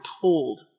told